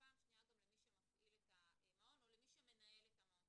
ופעם שנייה גם למי שמפעיל את המעון או למי שמנהל את המעון.